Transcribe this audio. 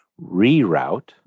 reroute